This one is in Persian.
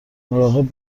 مراقب